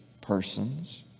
persons